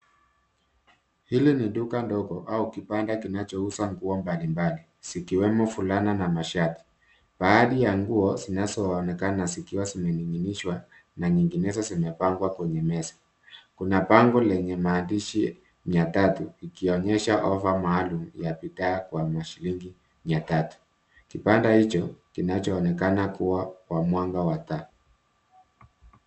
Hili ni duka ndogo au kibanda kinachouza nguo mbalimbali zikiwemo fulana na mashati. Baadhi ya nguo zinazoonekana zikiwa zimening'inishwa na nyinginezo zimepangwa kwenye meza. Kuna bango lenye maandishi 300 ikionyesha ofa maalum ya bidhaa kwa shilingi mia tatu. Kibanda hicho kinachoonekana kuwa kwa mwanga wa taa.